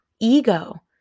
ego